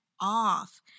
off